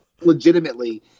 Legitimately